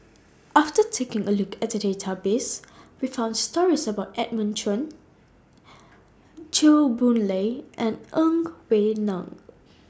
after taking A Look At The Database We found stories about Edmund Chen Chew Boon Lay and Ng Wei Neng